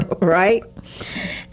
right